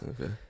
Okay